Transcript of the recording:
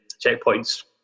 Checkpoint's